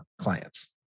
clients